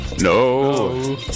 no